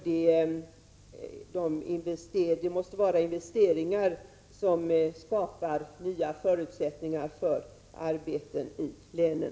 Man måste satsa på investeringar som skapar nya förutsättningar för arbetstillfällen i länen.